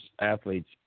athletes